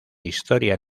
historia